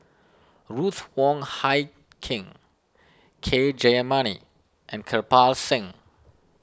Ruth Wong Hie King K Jayamani and Kirpal Singh